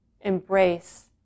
embrace